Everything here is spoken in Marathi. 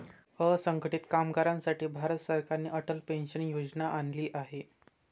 असंघटित कामगारांसाठी भारत सरकारने अटल पेन्शन योजना आणली आहे